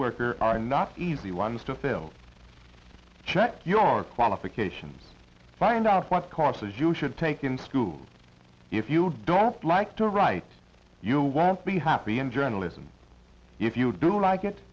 worker are not easy ones to fill check your qualifications find out what courses you should take in school if you don't like to write you won't be happy in journalism if you don't like it